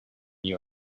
you